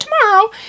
tomorrow